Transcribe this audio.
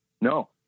no